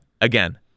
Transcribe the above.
again